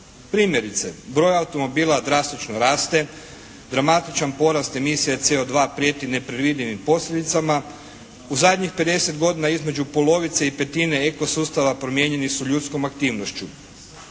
Primjerice, broj automobila drastično raste, dramatičan porast emisije CO2 prijeti nepredvidivim posljedicama. U zadnjih 50 godina između polovice i petine ekosustava promijenjeni su ljudskom aktivnošću.